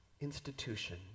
institution